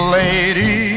lady